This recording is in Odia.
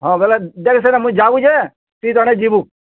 ହଁ ବେଲେ ଦେଲେ ସିନା ମୁଁ ଯାଉଛେ ତୁ ଜଣେ ଯିବୁ